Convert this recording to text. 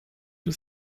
für